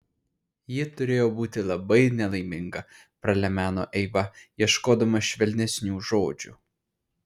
ji turėjo būti labai nelaiminga pralemeno eiva ieškodama švelnesnių žodžių